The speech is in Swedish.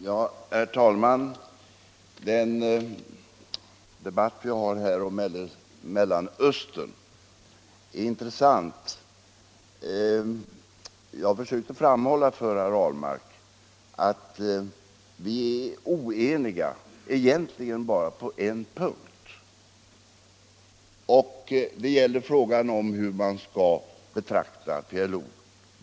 Herr talman! Den debatt vi här för om Mellanöstern är intressant. Jag försökte framhålla för herr Ahlmark att vi är oeniga egentligen bara på en punkt. Det gäller frågan hur man skall! betrakta PLO.